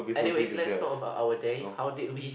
anyways let's talk about our day how did we